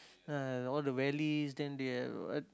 ah all the valleys then they are what